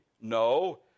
no